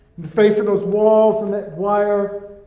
the face of those walls and that wire,